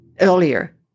earlier